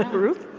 but ruth?